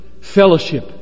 fellowship